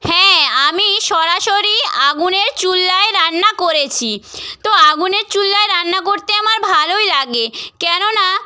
হ্যাঁ আমি সরাসরি আগুনের উনানে রান্না করেছি তো আগুনের উনানে রান্না করতে আমার ভালোই লাগে কেননা